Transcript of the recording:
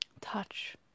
touch